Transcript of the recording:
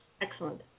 Excellent